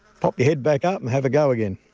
pop your head back up and have a go again.